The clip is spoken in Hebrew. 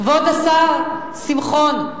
כבוד השר שמחון,